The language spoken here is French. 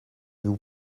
vous